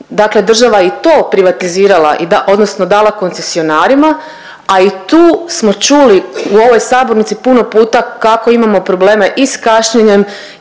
dakle država je i to privatizirala odnosno dala koncesionarima, a i tu smo čuli u ovoj sabornici puno puta kako imam probleme i s kašnjenjem